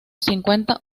cincuenta